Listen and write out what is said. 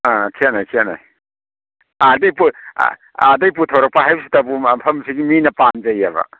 ꯑꯥ ꯈꯦꯠꯅꯩ ꯈꯦꯠꯅꯩ ꯑꯗꯒꯤ ꯄꯨꯊꯣꯛꯔꯛꯄ ꯍꯥꯏꯕꯁꯤꯇꯕꯨ ꯃꯐꯝꯁꯤꯒꯤ ꯃꯤꯅ ꯄꯥꯝꯖꯩꯑꯕ